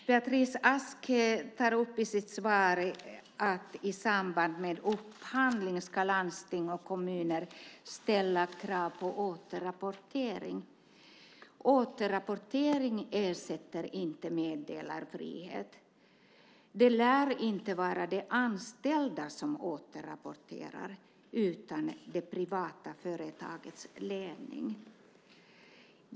Beatrice Ask tar i sitt svar upp att i samband med upphandling ska landsting och kommuner ställa krav på återrapportering. Det ersätter inte meddelarfrihet. Det lär inte vara de anställda som återrapporterar utan det privata företagets ledning.